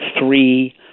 three